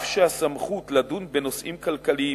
אף שהסמכות לדון בנושאים כלכליים